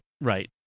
right